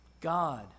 God